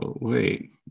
wait